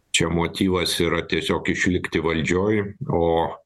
čia motyvas yra tiesiog išlikti valdžioj o